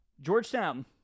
Georgetown